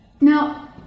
Now